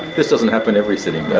this doesn't happen every sitting day.